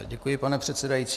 Děkuji, pane předsedající.